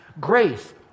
Grace